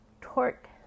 Torque